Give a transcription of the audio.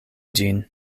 ĝin